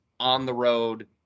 on-the-road